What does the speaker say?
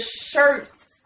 shirts